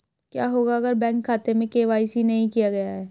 क्या होगा अगर बैंक खाते में के.वाई.सी नहीं किया गया है?